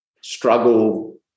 struggle